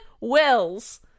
Wills